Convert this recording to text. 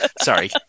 sorry